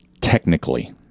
technically